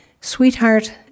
Sweetheart